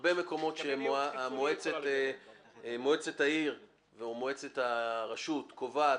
בהרבה מקומות שמועצת העיר או מועצת הרשות קובעת